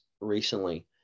recently